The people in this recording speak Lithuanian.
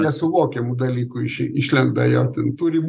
nesuvokiamų dalykų iš išlenda jo ten turi būt